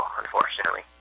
unfortunately